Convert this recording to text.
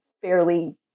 fairly